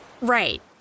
Right